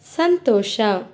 ಸಂತೋಷ